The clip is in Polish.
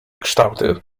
kształty